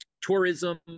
tourism